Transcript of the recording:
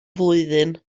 flwyddyn